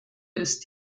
ist